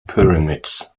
pyramids